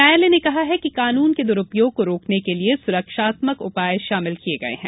न्यायालय ने कहा कि कानून के दुरूपयोग को रोकने के लिए सुरक्षात्मक उपाय शामिल किये गए हैं